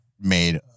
made